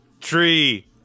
Tree